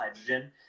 hydrogen